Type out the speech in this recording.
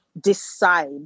decide